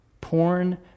Porn